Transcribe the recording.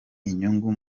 inyungu